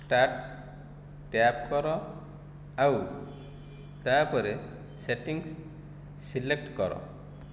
start tap କର ଆଉ ତା'ପରେ ସେଟ୍ଟିଙ୍ଗସ୍ ସିଲେକ୍ଟ କର